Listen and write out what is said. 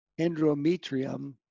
endometrium